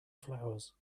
flowers